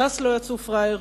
ש"ס לא יצאו פראיירים,